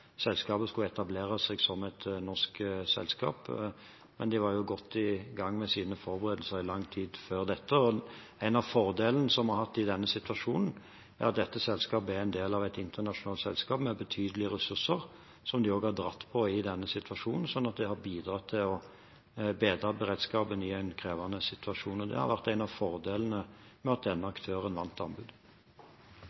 selskapet skulle etablere seg som et norsk selskap, men de var jo godt i gang med sine forberedelser i lang tid før dette. En av fordelene som vi har hatt i denne situasjonen, er at dette selskapet er en del av et internasjonalt selskap med betydelige ressurser. Det har de trukket på i denne situasjonen, slik at det har bidratt til å bedre beredskapen i en krevende situasjon. Det har vært en av fordelene med at